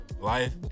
life